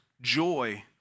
joy